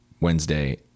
Wednesday